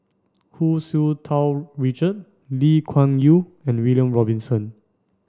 Hu Tsu Tau Richard Lee Kuan Yew and William Robinson